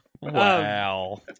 Wow